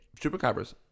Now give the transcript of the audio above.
chupacabras